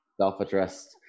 self-addressed